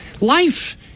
life